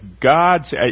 God's